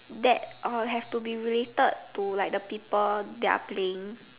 that uh have to be related to like the people their playing